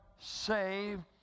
saved